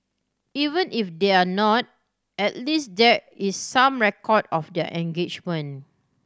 even if they're not at least there is some record of their engagement